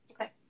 Okay